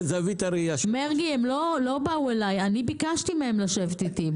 אני ביקשתי מהם לשבת איתי.